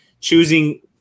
choosing